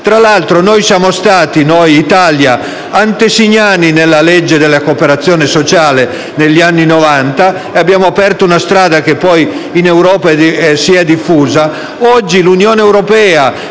Tra l'altro, noi come Italia siamo stati antesignani della legge sulla cooperazione sociale negli anni Novanta ed abbiamo aperto una strada che poi in Europa si è diffusa.